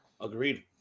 Agreed